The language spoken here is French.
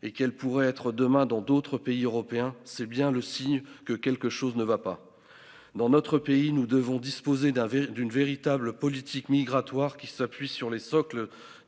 et qu'elle pourrait être demain dans d'autres pays européens, c'est bien le signe que quelque chose ne va pas dans notre pays, nous devons disposer d'un d'une véritable politique migratoire qui s'appuie sur le socle